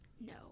No